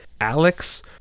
Alex